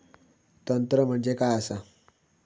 तंत्र म्हणजे काय असा?